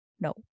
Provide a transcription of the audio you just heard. no